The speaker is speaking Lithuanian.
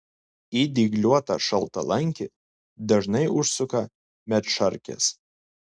į dygliuotą šaltalankį dažnai užsuka medšarkės